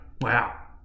Wow